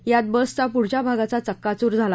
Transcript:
यात बसचा पुढील भागाचा चक्काच्र झाला